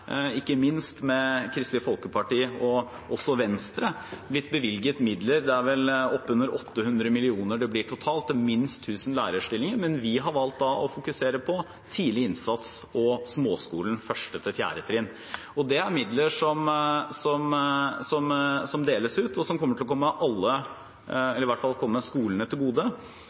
ikke minst med Kristelig Folkeparti, og også Venstre, blitt bevilget midler – det er vel oppunder 800 mill. kr totalt – til minst 1 000 lærerstillinger. Men vi har valgt å fokusere på tidlig innsats og småskolen, 1.–4. trinn. Det er midler som deles ut, og som kommer til å komme